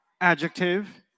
adjective